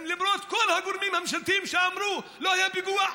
למרות כל הגורמים הממשלתיים שאמרו: לא היה פיגוע,